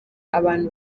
abantu